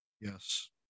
Yes